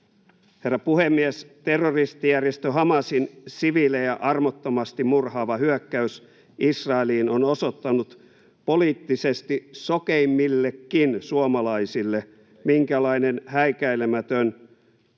Herra puhemies! Terroristijärjestö Hamasin siviilejä armottomasti murhaava hyökkäys Israeliin on osoittanut poliittisesti sokeimmillekin suomalaisille, minkälainen häikäilemätön,